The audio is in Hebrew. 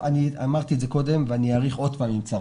אמרתי קודם ואני אאריך שוב אם צריך.